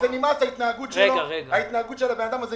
היום זה